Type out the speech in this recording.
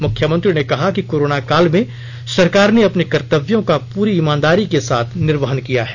मुख्यमंत्री ने कहा कि कोरोना काल में सरकार ने अपने कर्तव्यों का पूरी इमानदारी के साथ निर्वहन किया है